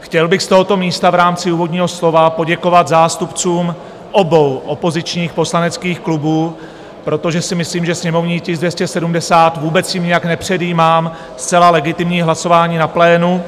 Chtěl bych z tohoto místa v rámci úvodního slova poděkovat zástupcům obou opozičních poslaneckých klubů, protože si myslím, že sněmovní tisk 270, vůbec s tím nijak nepředjímám zcela legitimní hlasování na plénu,